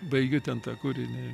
baigiu ten tą kūrinį